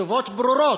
וכתובות ברורות,